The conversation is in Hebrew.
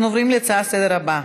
אנחנו עוברים לנושא הבא: